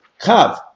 Kav